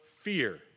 fear